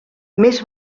més